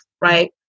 right